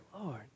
Lord